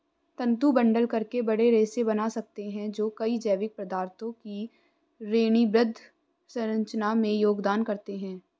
तंतु बंडल करके बड़े रेशे बना सकते हैं जो कई जैविक पदार्थों की श्रेणीबद्ध संरचना में योगदान करते हैं